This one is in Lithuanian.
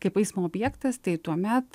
kaip eismo objektas tai tuomet